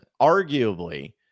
Arguably